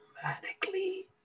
dramatically